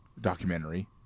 documentary